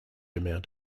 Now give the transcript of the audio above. amount